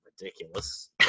ridiculous